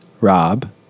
Rob